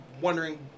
wondering